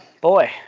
Boy